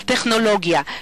על טכנולוגיה,